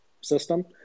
system